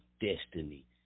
destiny